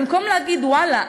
במקום להגיד: ואללה,